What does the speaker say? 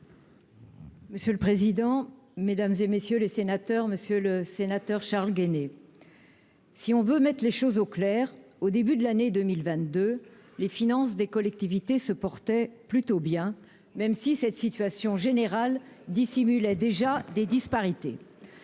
Monsieur le président, Mesdames et messieurs les sénateurs, monsieur le sénateur Charles Guené. Si on veut mettre les choses au clair au début de l'année 2022 les finances des collectivités se portait plutôt bien, même si cette situation générale dissimule a déjà des disparités